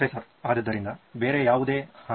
professor ಆದ್ದರಿಂದ ಬೇರೆ ಯಾವುದೇ ಆಹಾ